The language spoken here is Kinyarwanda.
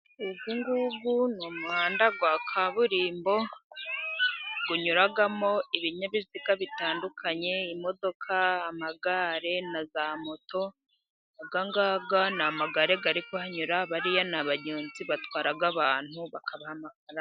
Uyu nguyu ni umuhanda wa kaburimbo， unyuramo ibinyabiziga bitandukanye， imodoka， amagare， na za moto，aya ngaya， ni amagare ari kuhanyura， bariya ni abagenzi batwara abantu.